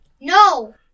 no